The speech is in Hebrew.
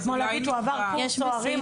זה כמו להגיד שהוא עבר קורס סוהרים,